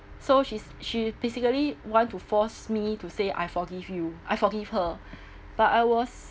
so she's she basically want to force me to say I forgive you I forgive her but I was